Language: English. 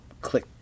click